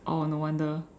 oh no wonder